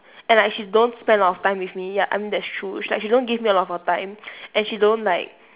and like she don't spend a lot of time with me like ya I mean that's true she don't give me a lot of her time and and she don't like